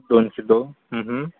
दोनचे दो